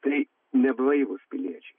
tai neblaivūs piliečiai